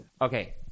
Okay